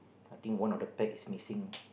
I think one of the flag is missing